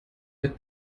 mit